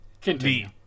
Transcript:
continue